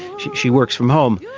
she works from home,